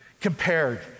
compared